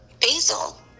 basil